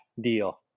deal